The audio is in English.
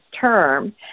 term